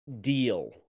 deal